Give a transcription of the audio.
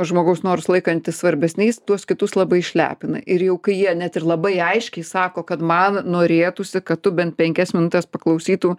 žmogaus norus laikantis svarbesniais tuos kitus labai išlepina ir jau jie net ir labai aiškiai sako kad man norėtųsi kad tu bent penkias minutes paklausytum